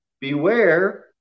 beware